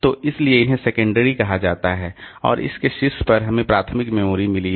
तो इसीलिए उन्हें सेकेंडरी कहा जाता है और उसके शीर्ष पर हमें प्राथमिक मेमोरी मिली है